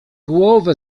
głowę